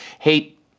hate